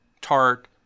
Tart